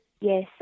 Yes